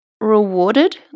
rewarded